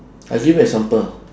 I give you example